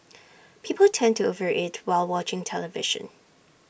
people tend to over eat while watching television